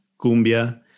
cumbia